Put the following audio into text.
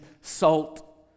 salt